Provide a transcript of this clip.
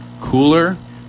cooler